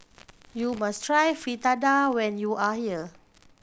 you must try Fritada when you are here